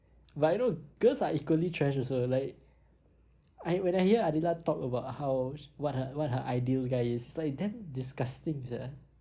but you know girls are equally trash also like I when I hear adela talk about how sh~ what her what her ideal guy is like damn disgusting [sial]